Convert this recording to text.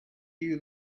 you